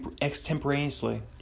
Extemporaneously